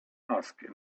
asked